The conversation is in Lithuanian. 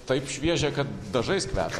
taip šviežia kad dažais kvepia